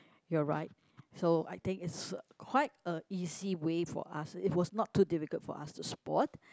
you're right so I think it's a quite a easy way for us it was not too difficult for us to spot